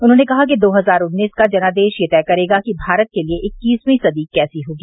उन्होंने कहा कि दो हजार उन्नीस का जनादेश यह तय करेगा कि भारत के लिये इक्कीसवीं सदी कैसी होगी